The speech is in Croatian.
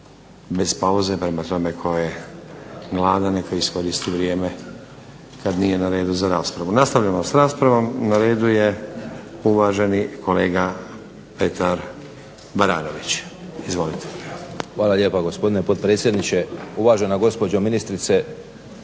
bez pauze. Prema tome, tko je gladan neka iskoristi vrijeme kada nije na redu za raspravu. Nastavljamo sa raspravom. Na redu je uvaženi kolega Petar Baranović. Izvolite. **Baranović, Petar (HNS)** Hvala lijepo. Gospodine potpredsjedniče, uvažena gospođo ministrice,